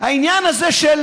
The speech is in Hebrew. העניין הזה של